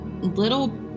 little